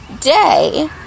day